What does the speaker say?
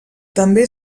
també